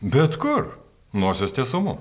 bet kur nosies tiesumu